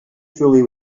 fully